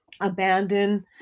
abandon